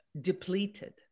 depleted